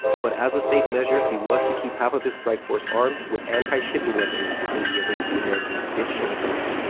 but as a safe measure, he was to keep half of his strike force armed with anti-shipping weapons in the event the americans did show up early.